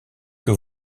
que